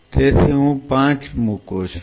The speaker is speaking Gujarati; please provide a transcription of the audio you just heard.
તેથી હું 5 મુકું છું